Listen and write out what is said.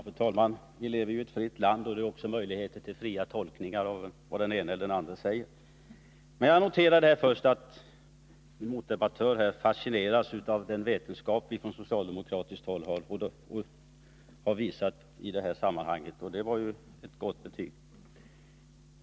Fru talman! Vi lever ju i ett fritt land, och det finns möjligheter till fria tolkningar av vad den ene eller andre säger. Men jag noterar här till en början att min motdebattör fascineras av den vetenskap vi från socialdemokratiskt håll har visat i detta sammanhang, och det var ett gott betyg.